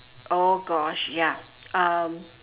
oh gosh ya um